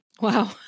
Wow